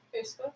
Facebook